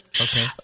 Okay